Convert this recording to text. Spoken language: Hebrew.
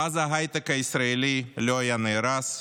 ואז ההייטק הישראלי לא היה נהרס,